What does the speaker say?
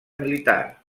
militar